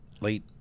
late